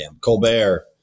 Colbert